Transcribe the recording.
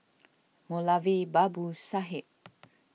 Moulavi Babu Sahib